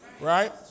right